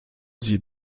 sie